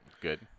good